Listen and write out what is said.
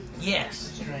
Yes